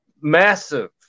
massive